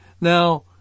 Now